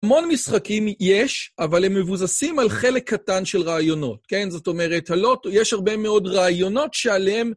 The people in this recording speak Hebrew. המון משחקים יש, אבל הם מבוססים על חלק קטן של רעיונות, כן? זאת אומרת, יש הרבה מאוד רעיונות שעליהם...